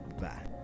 bye